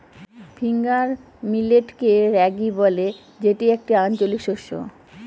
finger মিলেটকে রাগি বলে যেটি একটি আঞ্চলিক শস্য